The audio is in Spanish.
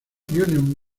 union